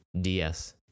DS